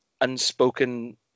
unspoken